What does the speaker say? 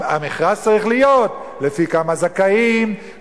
המכרז צריך להיות לפי כמה זכאים,